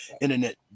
internet